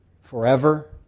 forever